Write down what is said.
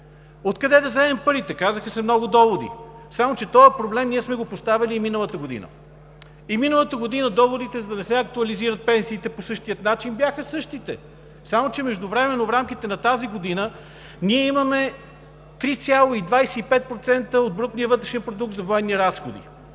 Откъде да вземем парите? Казаха се много доводи. Само че този проблем ние сме го поставяли и миналата година. И миналата година доводите, за да не се актуализират пенсиите по същия начин, бяха същите! Само че междувременно в рамките на тази година имаме 3,25% от брутния вътрешен продукт за военни разходи!